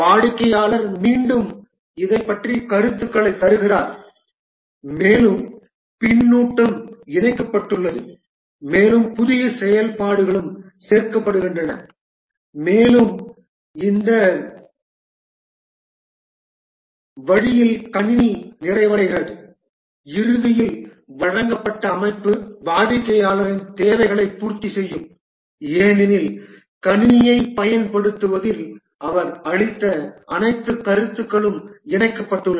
வாடிக்கையாளர் மீண்டும் இதைப் பற்றிய கருத்துக்களைத் தருகிறார் மேலும் பின்னூட்டமும் இணைக்கப்பட்டுள்ளது மேலும் புதிய செயல்பாடுகளும் சேர்க்கப்படுகின்றன மேலும் இந்த வழியில் கணினி நிறைவடைகிறது இறுதியில் வழங்கப்பட்ட அமைப்பு வாடிக்கையாளரின் தேவைகளைப் பூர்த்தி செய்யும் ஏனெனில் கணினியைப் பயன்படுத்துவதில் அவர் அளித்த அனைத்து கருத்துக்களும் இணைக்கப்பட்டுள்ளன